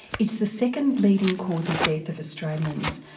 it's the second leading cause of death of australians,